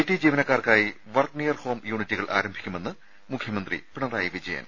T ജീവനക്കാർക്കായി work near home യൂണിറ്റുകൾ ആരംഭിക്കുമെന്ന് മുഖ്യമന്ത്രി പിണറായി വിജയൻ